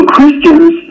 Christians